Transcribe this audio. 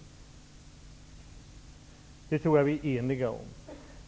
Det tror jag att vi är eniga om.